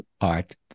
art